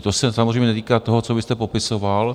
To se samozřejmě netýká toho, co vy jste popisoval.